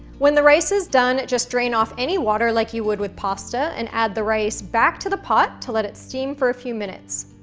when the rice is done, just drain off any water like you would with pasta and add the rice back to the pot to let it steam for a few minutes.